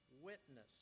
Witness